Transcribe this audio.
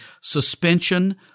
suspension